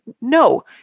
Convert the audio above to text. no